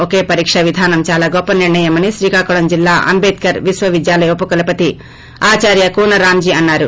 ఒకే పరీక విధానం చాలా గొప్ప నిర్ణయమని శ్రీకాకుళం జిల్లా అంబేద్కర్ విశ్వవిద్యాలయం ఉపకులపతి ఆచార్య కూన రామ్ జీ అన్నారు